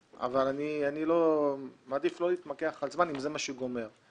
אבל אני מעדיף לא להתמקח על זמן אם זה מה שיגמור את הסיפור.